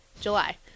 July